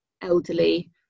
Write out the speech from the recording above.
elderly